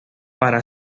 para